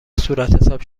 صورتحساب